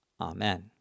Amen